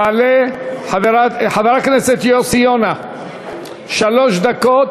חבר הכנסת יוסי יונה, שלוש דקות.